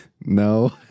no